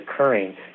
occurring